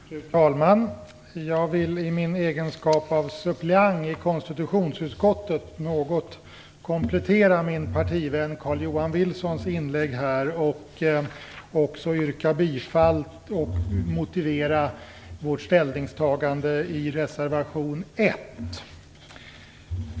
Fru talman! Jag vill i min egenskap av suppleant i konstitutionsutskottet något komplettera min partivän Carl-Johan Wilsons inlägg samt yrka bifall till reservation 1 och motivera vårt ställningstagande.